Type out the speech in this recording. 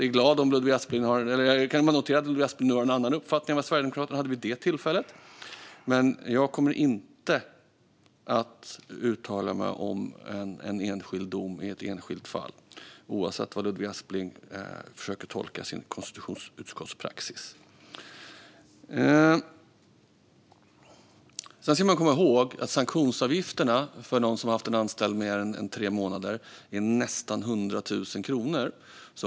Jag kan bara notera att Ludvig Aspling nu har en annan uppfattning än vad Sverigedemokraterna hade vid det tillfället, men jag kommer inte att uttala mig om en enskild dom i ett enskilt fall - oavsett hur Ludvig Aspling försöker tolka sitt konstitutionsutskotts praxis. Man ska komma ihåg att sanktionsavgiften för dem som har haft en anställd i mer än tre månader är nästan 100 000 kronor.